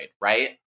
right